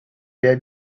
their